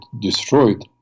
destroyed